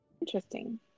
Interesting